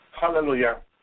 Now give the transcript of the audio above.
hallelujah